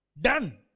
done